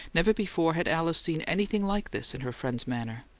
never before had alice seen anything like this in her friend's manner.